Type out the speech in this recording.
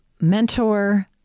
mentor